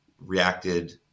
reacted